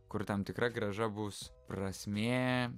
kur tam tikra grąža bus prasmė